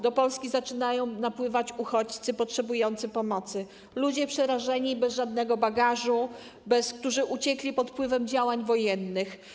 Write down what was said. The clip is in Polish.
Do Polski zaczynają napływać uchodźcy potrzebujący pomocy, ludzie przerażeni, bez żadnego bagażu, którzy uciekli pod wpływem działań wojennych.